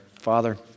Father